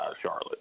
Charlotte